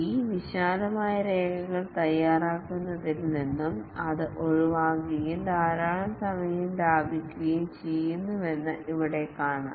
ഈ വിശാലമായ രേഖകൾ തയ്യാറാക്കുന്നതിൽ നിന്നും അത് ഒഴിവാകുകയും ധാരാളം സമയം ലാഭിക്കുകയും ചെയ്യുന്നുവെന്ന് ഇവിടെ കാണാം